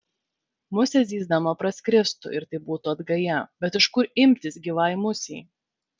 musė zyzdama praskristų ir tai būtų atgaja bet iš kur imtis gyvai musei